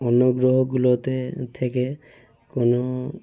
অন্য গ্রহগুলোতে থেকে কোনো